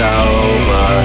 over